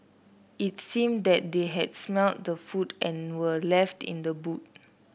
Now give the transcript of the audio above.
it seemed that they had smelt the food and were left in the boot